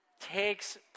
takes